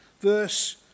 Verse